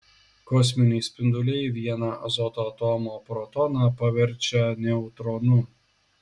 kosminiai spinduliai vieną azoto atomo protoną paverčia neutronu